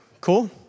Cool